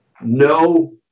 no